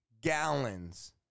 gallons